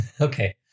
Okay